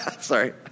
Sorry